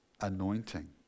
anointing